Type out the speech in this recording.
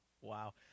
Wow